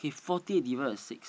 forty divide by six